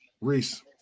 Reese